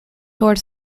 toward